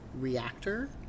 reactor